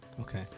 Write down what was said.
Okay